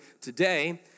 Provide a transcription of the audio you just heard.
today